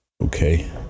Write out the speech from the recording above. okay